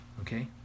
okay